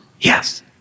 Yes